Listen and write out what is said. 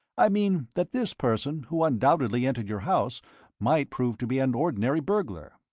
i mean that this person who undoubtedly entered your house might prove to be an ordinary burglar.